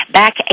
back